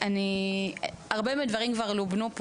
הרבה מהדברים כבר לובנו,